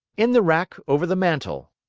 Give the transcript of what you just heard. in the rack over the mantel.